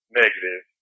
negative